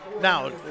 Now